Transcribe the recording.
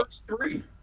three